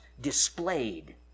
displayed